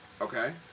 Okay